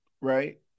right